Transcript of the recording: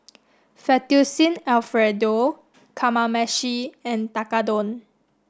Fettuccine Alfredo Kamameshi and Tekkadon